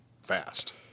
fast